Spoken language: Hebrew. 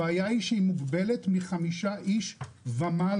הבעיה היא שהיא מוגבלת מחמישה אנשים ומעלה.